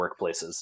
workplaces